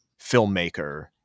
filmmaker